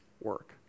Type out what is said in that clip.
work